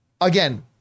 again